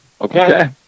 okay